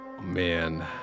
Man